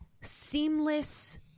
seamless